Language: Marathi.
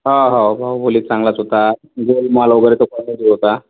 हो हाे बाहुबली चांगलाच होता गोलमाल वगैरे तो तर कॉमेडी होता